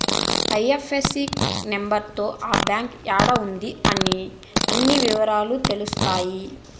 IFSC number తో ఆ bank యాడా ఉంది అనే అన్ని ఇవరాలు తెలుత్తాయి